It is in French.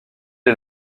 est